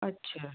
ਅੱਛਾ